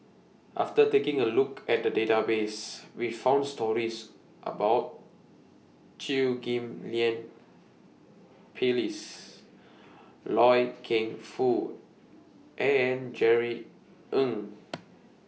after taking A Look At The Database We found stories about Chew Ghim Lian Phyllis Loy Keng Foo and Jerry Ng